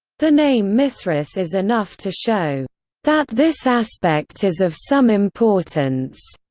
the name mithras is enough to show that this aspect is of some importance.